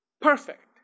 perfect